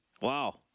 Wow